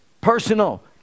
personal